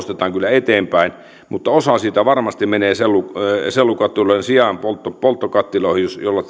eteenpäin mutta osa siitä varmasti menee sellukattiloiden sijaan polttokattiloihin